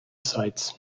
sites